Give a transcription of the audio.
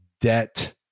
debt